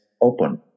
open